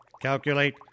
Calculate